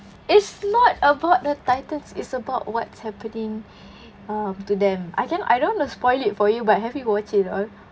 it's not about the titans it's about what's happening um to them I cannot I don't want to spoil it for you but have you watch it oh